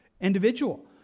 individual